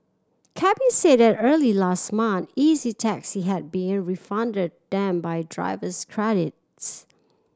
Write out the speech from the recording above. cabbies said that early last month Easy Taxi had refunded them by drivers credits